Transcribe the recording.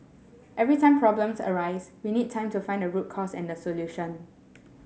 every time problems arise we need time to find the root cause and the solution